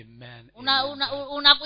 Amen